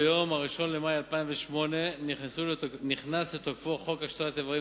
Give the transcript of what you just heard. ביום 1 במאי 2008 נכנס לתוקפו חוק השתלת אברים,